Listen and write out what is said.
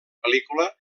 pel·lícula